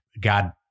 God